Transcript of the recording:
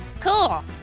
Cool